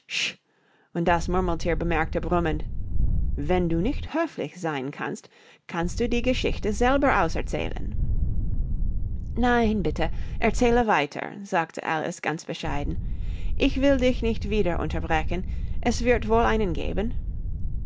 und das murmelthier bemerkte brummend wenn du nicht höflich sein kannst kannst du die geschichte selber auserzählen nein bitte erzähle weiter sagte alice ganz bescheiden ich will dich nicht wieder unterbrechen es wird wohl einen geben